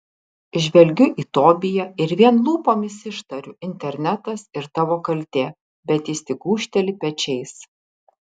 žvelgiu į tobiją ir vien lūpomis ištariu internetas ir tavo kaltė bet jis tik gūžteli pečiais